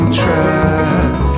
track